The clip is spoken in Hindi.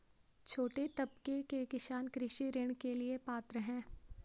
छोटे तबके के किसान कृषि ऋण के लिए पात्र हैं?